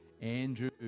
Andrew